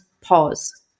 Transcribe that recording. pause